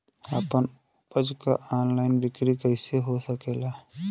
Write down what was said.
आपन उपज क ऑनलाइन बिक्री कइसे हो सकेला?